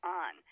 on